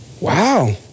wow